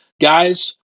Guys